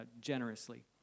generously